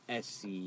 SC